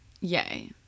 yay